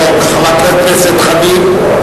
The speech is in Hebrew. חברת הכנסת חנין זועבי,